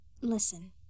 Listen